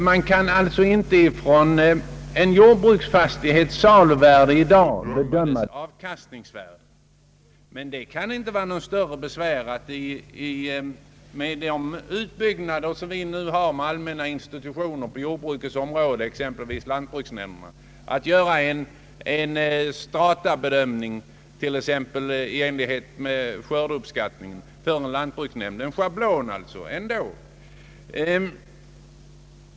Man kan inte av en jordbruksfastighets saluvärde i dag bedöma dess avkastningsvärde. Med den utbyggnad som nu sker av de allmänna institutionerna på jordbrukets område, exempelvis lantbruksnämnderna, kan det inte vara något större besvär att göra en bedömning, t.ex. i enlighet med skördeuppskattningen, alltså en schablon.